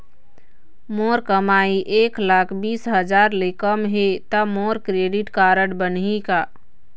मोर कमाई एक लाख बीस हजार ले कम हे त मोर क्रेडिट कारड बनही का?